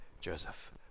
Joseph